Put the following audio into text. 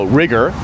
rigor